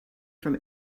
from